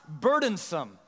burdensome